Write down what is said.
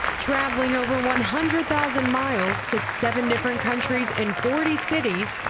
travelling over one hundred thousand miles to seven different countries and forty cities,